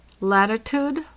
latitude